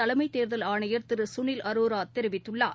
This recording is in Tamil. தலைமைத்தேர்தல் ஆணையர் திரு சுனில் அரோரா தெரிவித்துள்ளார்